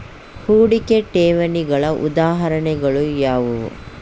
ಹೂಡಿಕೆ ಠೇವಣಿಗಳ ಉದಾಹರಣೆಗಳು ಯಾವುವು?